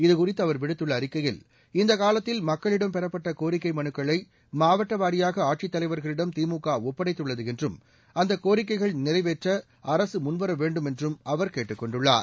இதுகுறித்து அவர் விடுத்துள்ள அறிக்கையில் இந்த காலத்தில் மக்களிடம் பெறப்பட்ட கோரிக்கை மனுக்களை மாவட்டவாரியாக ஆட்சித் தலைவர்களிடம் திமுக ஒப்படைத்துள்ளது என்றும் அந்த கோரிக்கைகள் நிறைவேற்ற அரசு முன்வர வேண்டும் என்றும் அவர் கேட்டுக் கொண்டுள்ளார்